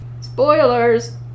Spoilers